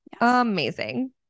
Amazing